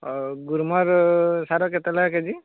ହେଉ ଗ୍ରୋମର୍ ସାର କେତେ ଲେଖା କେ ଜି